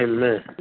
Amen